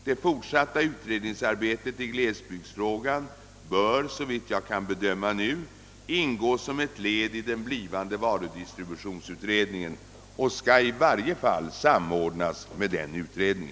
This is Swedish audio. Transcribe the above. Det fortsatta arbetet i glesbygdsfrågan bör, såvitt jag nu kan bedöma, ingå som ett led i den blivande varudistributionsutredningen och skall i varje fall samordnas med denna utredning.